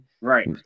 right